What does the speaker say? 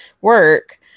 work